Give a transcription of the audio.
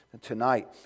tonight